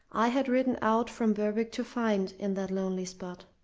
i had ridden out from berwick to find in that lonely spot.